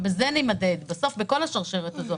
ובזה נימדד בסוף בכל השרשרת הזו,